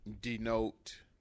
denote